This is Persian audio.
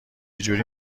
جوری